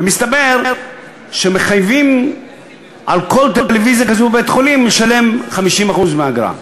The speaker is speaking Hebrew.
ומסתבר שמחייבים על כל טלוויזיה כזו בבית-חולים לשלם 50% מהאגרה,